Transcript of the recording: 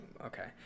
okay